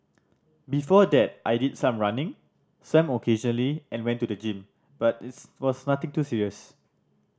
before that I did some running occasionally and went to the gym but its was nothing too serious